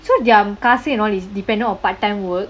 so their காசு:kaasu and all is dependent of part time work